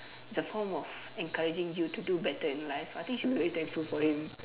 it's a form of encouraging you to do better in life I think you should be very thankful for him